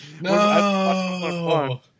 No